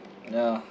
ya